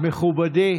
מכובדי